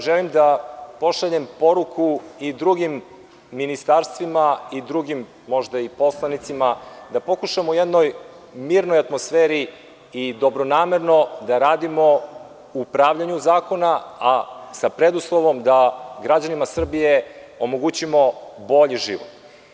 Želim da pošaljem poruku i drugim ministarstvima i drugim poslanicima, da pokušamo da u jednoj mirnoj atmosferi i dobro namerno da radimo u pravljenju zakona, a sa preduslovom da građanima Srbije omogućimo bolji život.